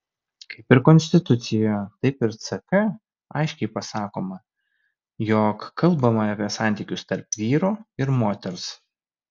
kaip ir konstitucijoje taip ir ck aiškiai pasakoma jog kalbama apie santykius tarp vyro ir moters